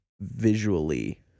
visually